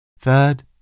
Third